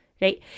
right